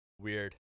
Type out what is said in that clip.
Weird